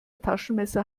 taschenmesser